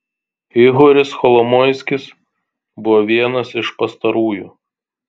ihoris kolomoiskis buvo vienas iš pastarųjų